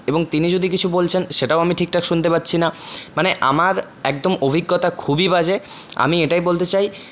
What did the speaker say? এবং তিনি যদি কিছু বলছেন সেটাও আমি ঠিকঠাক শুনতে পাচ্ছিনা মানে আমার একদম অভিজ্ঞতা খুবই বাজে আমি এটাই বলতে চাই